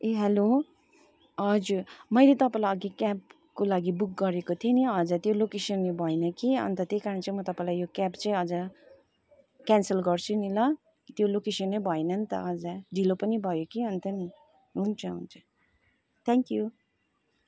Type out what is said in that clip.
ए hello हजुर मैले तपाईँलाई अघि क्याबको लागि बुक गरेको थिएँ नि हजुर त्यो लोकेसनले भएन कि अन्त त्यही कारण चाहिँ म तपाईँलाई यो क्याब चाहिँ हजुर क्यान्सल गर्छु नि ल त्यो लोकेसन नै भएन नि त हजुर ढिलो पनि भयो कि अन्त नि हुन्छ हुन्छ थ्याङ्क्यु